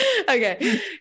Okay